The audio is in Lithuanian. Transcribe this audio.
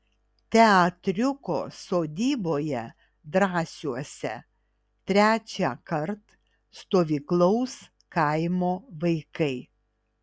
teatriuko sodyboje drąsiuose trečiąkart stovyklaus kaimo vaikai